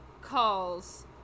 calls